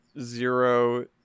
zero